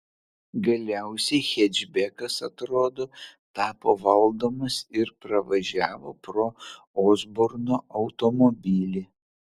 galiausiai hečbekas atrodo tapo valdomas ir pravažiavo pro osborno automobilį